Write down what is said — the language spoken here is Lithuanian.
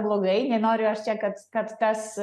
blogai nenoriu aš čia kad kad tas